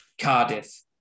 Cardiff